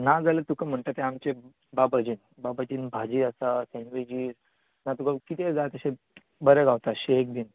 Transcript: ना जाल्यार तुका म्हणटा तें आमचें बाबाजीन बाबाजीन भाजी आसा सँडविजीझ ना तुकां किदेंय जाय तशें बरें गावता शेक बी